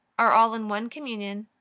are all in one communion,